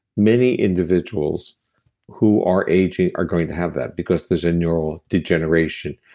many individuals who are aging, are going to have that, because there's a neural degeneration.